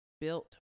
built